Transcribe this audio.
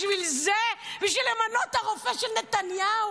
בשביל זה, בשביל למנות את הרופא של נתניהו?